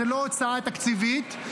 זו לא הוצאה תקציבית.